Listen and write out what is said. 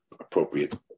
appropriate